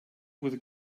with